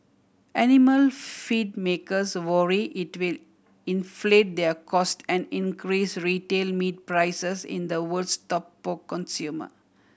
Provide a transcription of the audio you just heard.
animal feed makers worry it will inflate their cost and increase retail meat prices in the world's top pork consumer